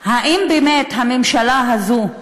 האם באמת הממשלה הזאת,